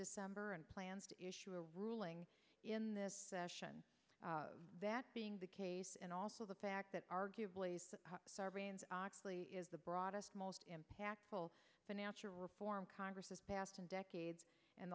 december and plans to issue a ruling in this session that being the case and also the fact that arguably sarbanes oxley is the broadest most impactful finance reform congress has passed in decades and